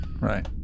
Right